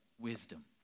wisdom